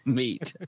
meat